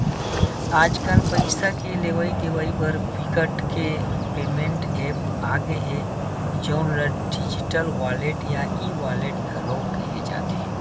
आजकल पइसा के लेवइ देवइ बर बिकट के पेमेंट ऐप्स आ गे हे जउन ल डिजिटल वॉलेट या ई वॉलेट घलो केहे जाथे